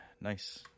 Nice